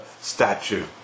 statue